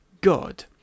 God